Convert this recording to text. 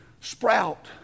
sprout